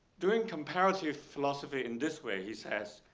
doing comparative philosophy in this way he says,